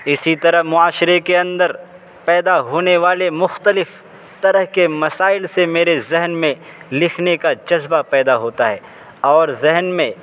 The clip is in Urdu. اسی طرح معاشرے کے اندر پیدا ہونے والے مختلف طرح کے مسائل سے میرے ذہن میں لکھنے کا جذبہ پیدا ہوتا ہے اور ذہن میں